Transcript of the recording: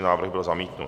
Návrh byl zamítnut.